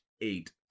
eight